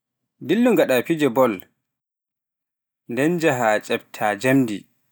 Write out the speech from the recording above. Dillu njahaa ngaɗaa fijo bol, nden njahaa ƴeɓtaa njamndi.